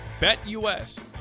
BetUS